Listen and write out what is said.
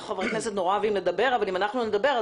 חברי הכנסת מאוד אוהבים לדבר אבל אם אנחנו נדבר,